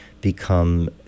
become